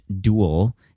dual